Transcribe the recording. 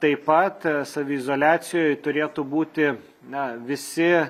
taip pat saviizoliacijoj turėtų būti na visi